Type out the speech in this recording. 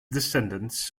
descendants